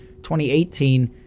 2018